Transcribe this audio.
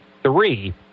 three